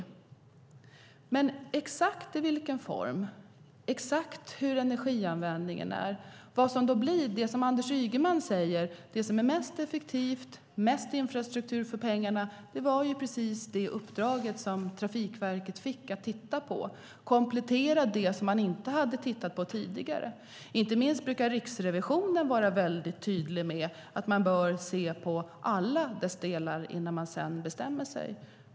Det som Trafikverket fick i uppdrag att titta på var exakt i vilken form, exakt hur energianvändningen blir och vad som blir, som Anders Ygeman säger, mest effektivt och ger mest infrastruktur för pengarna, att komplettera det som man inte hade tittat på tidigare. Inte minst Riksrevisionen brukar vara tydlig med att man bör se på alla delar innan man bestämmer sig.